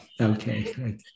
okay